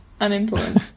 Unimportant